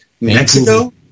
Mexico